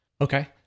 Okay